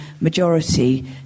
majority